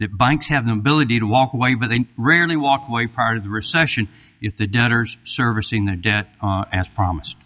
that banks have the ability to walk away but they rarely walk why part of the recession if the debtors servicing the debt as promised